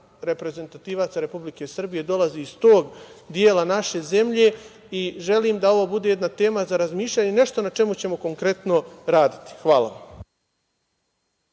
reprezentativaca Republike Srbije dolazi iz tog dela naše zemlje. Želim da ovo bude jedna tema za razmišljanje. Nešto na čemu ćemo konkretno raditi. Hvala.